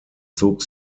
zog